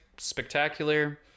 Spectacular